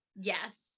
Yes